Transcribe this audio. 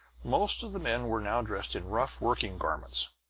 most of the men were now dressed in rough working garments,